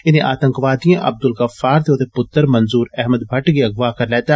इने आतंकियें अब्दुल गफ्फार ते औदे पुत्र मंजूर अहमद भट्ट गी अगवाह करी लैता